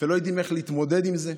ולא יודעים איך להתמודד עם זה.